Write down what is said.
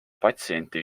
patsienti